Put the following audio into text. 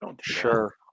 Sure